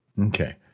Okay